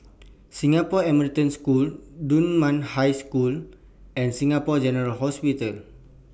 Singapore American School Dunman High School and Singapore General Hospital